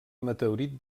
meteorit